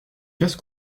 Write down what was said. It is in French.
casse